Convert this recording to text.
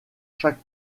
chaque